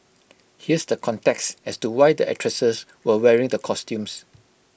here's the context as to why the actresses were wearing the costumes